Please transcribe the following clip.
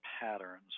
patterns